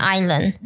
Island 。